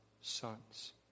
sons